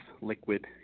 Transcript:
liquid